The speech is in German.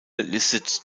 listet